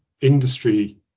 industry